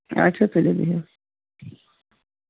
اچھا تُلِو بِہِو